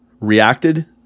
reacted